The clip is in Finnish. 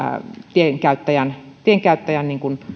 tienkäyttäjän tienkäyttäjän